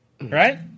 Right